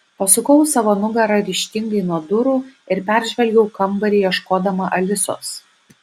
pasukau savo nugarą ryžtingai nuo durų ir peržvelgiau kambarį ieškodama alisos